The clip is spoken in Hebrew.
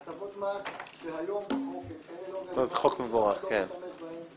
הטבות מס שהיום בחוק הם לא רלוונטיים שאף אחד לא משתמש בהם.